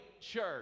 church